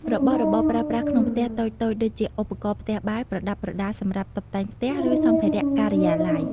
របស់របរប្រើប្រាស់ក្នុងផ្ទះតូចៗដូចជាឧបករណ៍ផ្ទះបាយ ប្រដាប់ប្រដាសម្រាប់តុបតែងផ្ទះ ឬសម្ភារៈការិយាល័យ។